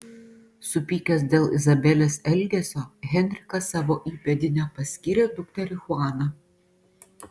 supykęs dėl izabelės elgesio henrikas savo įpėdine paskyrė dukterį chuaną